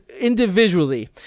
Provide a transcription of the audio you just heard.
individually